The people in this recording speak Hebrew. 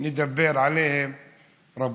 נדבר עליהם רבות.